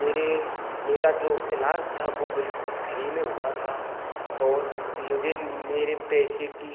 मेरे मेरा जो इलाज था वो बिल्कुल फ्री में हुआ था और मुझे मेरे पैसे की